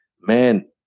man